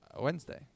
Wednesday